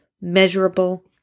measurable